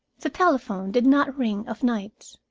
the telephone did not ring of nights.